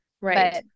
Right